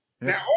now